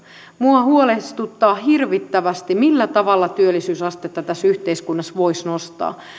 minua huolestuttaa hirvittävästi millä tavalla työllisyysastetta tässä yhteiskunnassa voisi nostaa